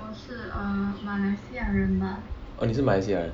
orh 你是马来西亚人